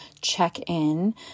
check-in